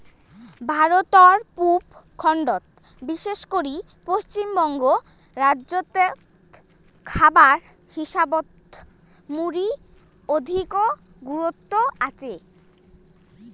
ভারতর পুব খণ্ডত বিশেষ করি পশ্চিমবঙ্গ রাইজ্যত খাবার হিসাবত মুড়ির অধিকো গুরুত্ব আচে